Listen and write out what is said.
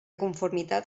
conformitat